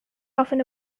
often